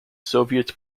soviets